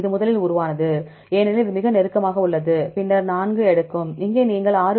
இது முதலில் உருவானது ஏனெனில் இது மிக நெருக்கமாக உள்ளது பின்னர் இது 4 எடுக்கும் இங்கே நீங்கள் 6